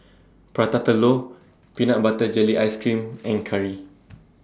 Prata Telur Peanut Butter Jelly Ice Cream and Curry